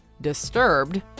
Disturbed